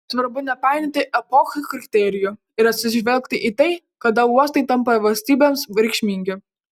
svarbu nepainioti epochų kriterijų ir atsižvelgti į tai kada uostai tampa valstybėms reikšmingi